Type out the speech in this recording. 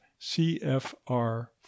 CFR